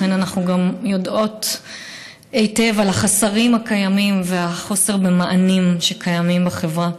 לכן אנחנו גם יודעות היטב על החסרים הקיימים ועל החוסר במענים בחברה.